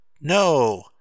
no